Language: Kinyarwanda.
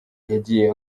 yagiye